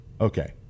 Okay